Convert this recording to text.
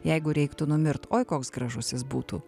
jeigu reiktų numirt oi koks gražus jis būtų